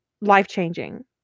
Life-changing